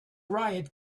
riot